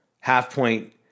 half-point